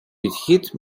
підхід